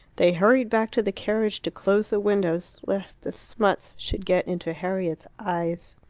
they hurried back to the carriage to close the windows lest the smuts should get into harriet's eyes.